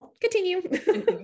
continue